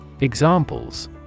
Examples